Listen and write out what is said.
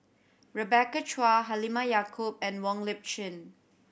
Rebecca Chua Halimah Yacob and Wong Lip Chin